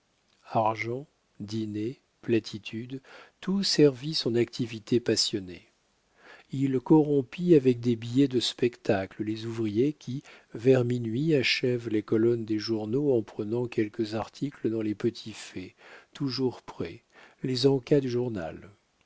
argent dîners platitudes tout servit son activité passionnée il corrompit avec des billets de spectacle les ouvriers qui vers minuit achèvent les colonnes des journaux en prenant quelques articles dans les petits faits toujours prêts les en cas du journal